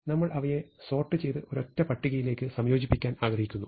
നമ്മൾ അവയെ സോർട്ട് ചെയ്ത ഒരൊറ്റ പട്ടികയിലേക്ക് സംയോജിപ്പിക്കാൻ ആഗ്രഹിക്കുന്നു